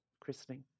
christening